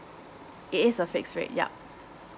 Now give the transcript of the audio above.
it is a fix rate yup